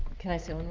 can i say one